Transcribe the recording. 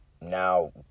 Now